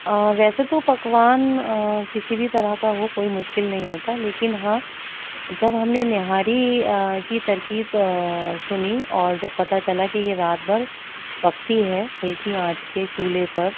ویسے تو پکوان کسی بھی طرح کا ہو کوئی مشکل نہیں ہوتا لیکن ہاں جب ہم نے نہاری کی ترکیب سنی اور جب پتہ چلا کہ یہ رات بھر پکتی ہے ہلکی آنچ پہ چولہے پر